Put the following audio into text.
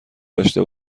داشته